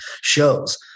shows